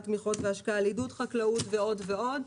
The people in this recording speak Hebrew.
תמיכות והשקעה לעידוד חקלאות ועוד ועוד.